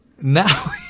now